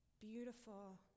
beautiful